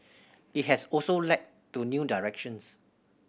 it has also led to new directions